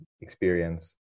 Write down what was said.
experience